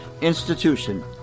institution